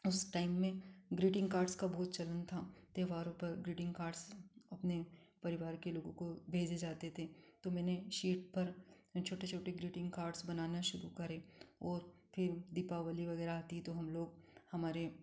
उस टाइम में greeting cards का बहुत चलन था त्यौहारों पर ग्रीटिंग कार्ड्स अपने परिवार के लोगों को भेजे जाते थे तो मैंने शीट पर छोटे छोटे ग्रीटिंग कार्ड्स बनाना शुरू करे और फिर दीपावली वगैरह आती तो हम लोग हमारे